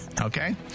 Okay